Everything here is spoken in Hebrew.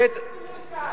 קמפיין הבחירות התחיל.